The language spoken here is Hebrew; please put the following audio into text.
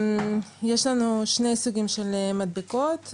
יש לנו שני סוגים של מדבקות,